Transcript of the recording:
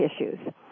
issues